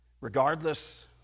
regardless